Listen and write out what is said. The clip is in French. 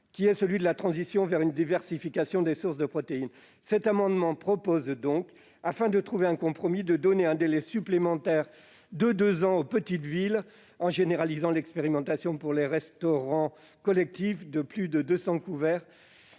le cap clair de la transition vers une diversification des sources de protéines. Cet amendement vise donc, afin de trouver un compromis, à accorder un délai supplémentaire de deux ans aux petites villes en généralisant l'expérimentation pour les restaurants collectifs de plus de 200 couverts,